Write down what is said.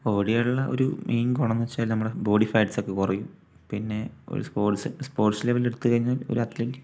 ഓടിയാലുള്ള ഒരു മെയിൻ ഗുണം എന്നുവെച്ചാൽ നമ്മുടെ ബോഡി ഫാറ്റ്സ് ഒക്കെ കുറയും പിന്നെ ഒരു സ്പോട്സ് സ്പോട്സ് ലെവൽ എടുത്തു കഴിഞ്ഞാൽ ഒരു അത്ലറ്റ്